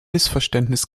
missverständnis